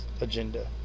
agenda